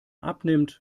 abnimmt